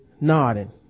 nodding